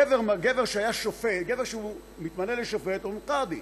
גבר שמתמנה לשופט, אומרים קאדי,